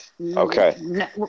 Okay